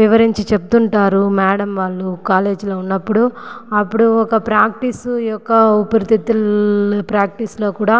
వివరించి చెప్తుంటారు మేడం వాళ్ళు కాలేజీలో ఉన్నప్పుడు అప్పుడు ఒక ప్రాక్టీస్ యొక్క ఊపిరితిత్తులు ప్రాక్టీస్లో కూడా